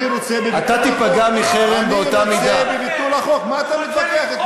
תגיד מה אתה רוצה.